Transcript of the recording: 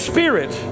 Spirit